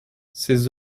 ses